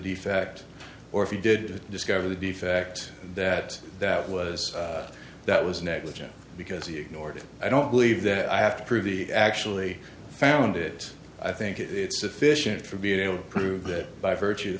defect or if he did discover the defect that that was that was negligent because he ignored it i don't believe that i have to prove the actually found it i think it's sufficient for being able to prove it by virtue of the